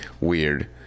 weird